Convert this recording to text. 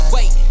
Wait